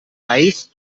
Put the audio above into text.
eyes